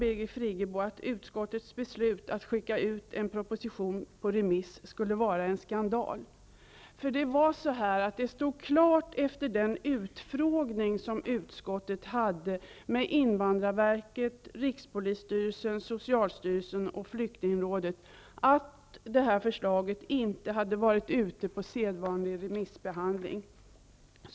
Birgit Friggebo menar då att utskottets beslut att skicka en proposition på remiss skulle vara en skandal. Det stod klart efter den utfrågning som utskottet hade med invandrarverket, rikspolisstyrelsen, socialstyrelsen och flyktingrådet att detta förslag inte hade varit föremål för sedvanlig remissbehandling.